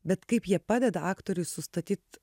bet kaip jie padeda aktoriui sustatyt